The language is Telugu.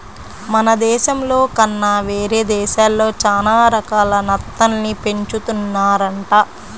మన దేశంలో కన్నా వేరే దేశాల్లో చానా రకాల నత్తల్ని పెంచుతున్నారంట